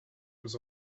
was